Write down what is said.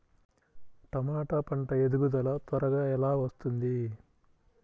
టమాట పంట ఎదుగుదల త్వరగా ఎలా వస్తుంది?